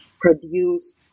produce